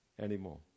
anymore